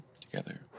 together